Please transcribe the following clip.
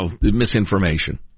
misinformation